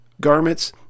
garments